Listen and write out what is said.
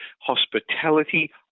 hospitality